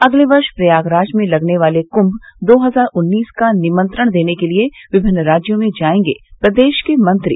अगले वर्ष प्रयागराज में लगने वाले कुंभ दो हजार उन्नीस का निमंत्रण देने के लिए विभिन्न राज्यों में जायेंगे प्रदेश के मंत्री